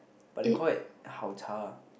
but they call it 好茶: hao cha